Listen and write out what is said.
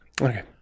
Okay